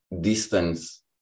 distance